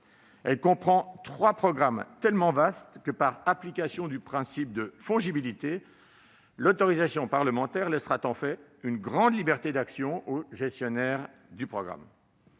Elle comprend trois programmes tellement vastes que, par application du principe de fongibilité, l'autorisation parlementaire laissera une grande liberté d'action aux gestionnaires de programme.